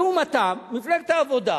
לעומתם, מפלגת העבודה,